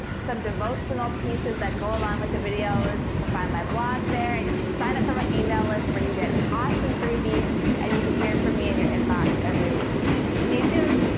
some devotional pieces that go along, with the videos you can find my blog there and you can sign up for my, email list where you get awesome freebies and you hear from me in your inbox every week see you soon